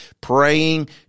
praying